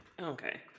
Okay